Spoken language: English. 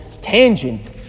tangent